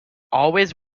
always